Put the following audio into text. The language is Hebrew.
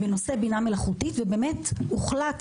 בנושא בינה מלאכותית והוחלט,